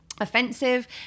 offensive